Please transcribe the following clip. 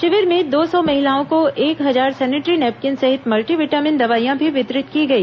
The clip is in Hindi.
शिविर में दो सौ महिलाओं को एक हजार सेनेटरी नेपकिन सहित मल्टी विटामिन दवाईयां भी वितरित की गई